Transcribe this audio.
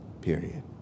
period